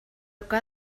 que